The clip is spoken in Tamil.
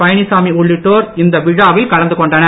பழனிச்சாமி உள்ளிட்டோர் இவ்விழாவில் கலந்து கொண்டனர்